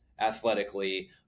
athletically